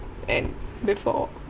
and before